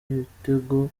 ibitego